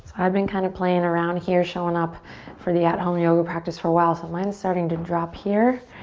i've been kind of playing around here, showing up for the at-home yoga practice for a while so mine's starting to drop here.